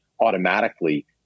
automatically